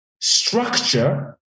structure